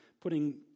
putting